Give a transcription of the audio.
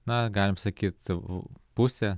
na galim sakyt savo pusę